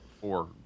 four